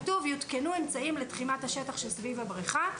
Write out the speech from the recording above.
כתוב: יותקנו אמצעים לתחימת השטח שסביב הבריכה...